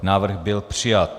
Návrh byl přijat.